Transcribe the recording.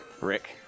Rick